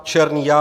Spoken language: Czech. Černý Jan